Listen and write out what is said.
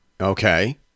Okay